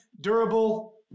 durable